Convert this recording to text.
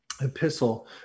epistle